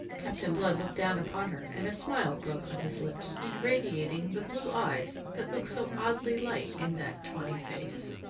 captain blood looked down upon her, and a smile broke on his lips, irradiating the blue eyes that looked so oddly light in that tawny face.